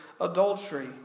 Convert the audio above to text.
adultery